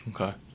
okay